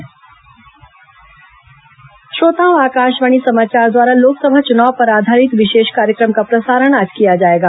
विशेष चुनाव कार्यक्रम आकाशवाणी समाचार द्वारा लोकसभा चुनाव पर आधारित विशेष कार्यक्रम का प्रसारण का आज किया जाएगा